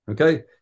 Okay